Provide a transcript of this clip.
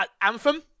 Anthem